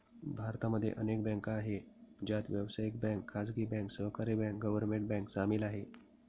भारत मध्ये अनेक बँका आहे, ज्यात व्यावसायिक बँक, खाजगी बँक, सहकारी बँक, गव्हर्मेंट बँक सामील आहे